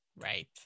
Right